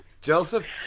Joseph